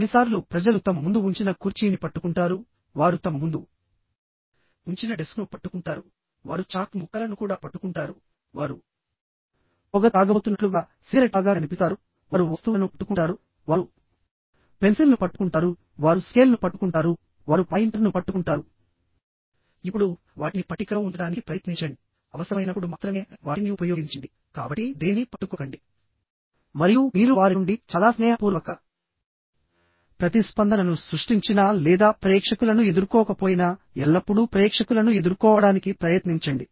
కొన్నిసార్లు ప్రజలు తమ ముందు ఉంచిన కుర్చీని పట్టుకుంటారు వారు తమ ముందు ఉంచిన డెస్క్ను పట్టుకుంటారు వారు చాక్ ముక్కలను కూడా పట్టుకుంటారు వారు పొగ త్రాగబోతున్నట్లుగా సిగరెట్ లాగా కనిపిస్తారు వారు వస్తువులను పట్టుకుంటారు వారు పెన్సిల్ను పట్టుకుంటారు వారు స్కేల్ను పట్టుకుంటారు వారు పాయింటర్ను పట్టుకుంటారు ఇప్పుడు వాటిని పట్టికలో ఉంచడానికి ప్రయత్నించండి అవసరమైనప్పుడు మాత్రమే వాటిని ఉపయోగించండి కాబట్టి దేనినీ పట్టుకోకండి మరియు మీరు వారి నుండి చాలా స్నేహపూర్వక ప్రతిస్పందనను సృష్టించినా లేదా ప్రేక్షకులను ఎదుర్కోకపోయినా ఎల్లప్పుడూ ప్రేక్షకులను ఎదుర్కోవడానికి ప్రయత్నించండి